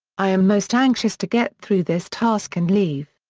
i am most anxious to get through this task and leave.